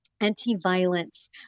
anti-violence